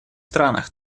странах